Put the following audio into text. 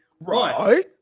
Right